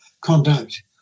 conduct